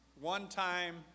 one-time